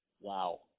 Wow